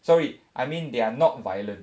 sorry I mean they're not violent